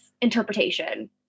interpretation